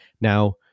now